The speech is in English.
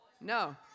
No